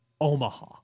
Omaha